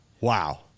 Wow